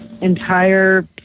entire